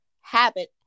habit